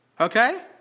Okay